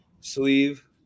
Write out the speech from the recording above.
Sleeve